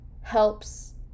helps